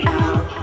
out